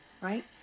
right